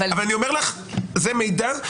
אני אומר לך שזה קיים.